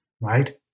right